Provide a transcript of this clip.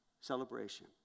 celebration